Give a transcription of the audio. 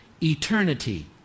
eternity